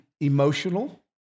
emotional